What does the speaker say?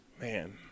Man